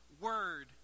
word